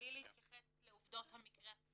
מבלי להתייחס לעובדות המקרה הספציפי.